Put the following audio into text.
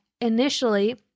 initially